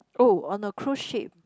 oh on a cruise ship